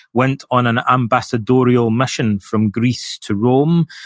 went on an ambassadorial mission from greece to rome,